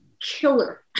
killer